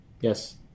Yes